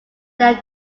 then